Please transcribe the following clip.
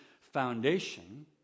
foundation